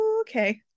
okay